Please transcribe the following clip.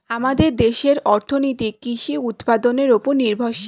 আমাদের দেশের অর্থনীতি কৃষি উৎপাদনের উপর নির্ভরশীল